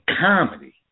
comedy